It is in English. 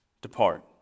Depart